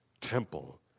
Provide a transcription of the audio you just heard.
temple